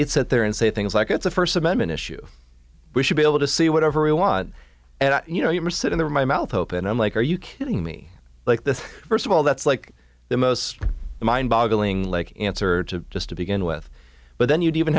they'd set there and say things like it's a first amendment issue we should be able to see whatever we want and you know you are sitting there my mouth open i'm like are you kidding me like this first of all that's like the most mind boggling like answer to just to begin with but then you'd even